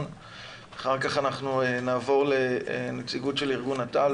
אחר כך נעבור לנציגות של ארגון נט"ל,